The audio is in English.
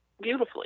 beautifully